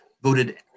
voted